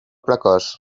precoç